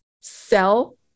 sell